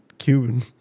Cuban